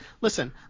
Listen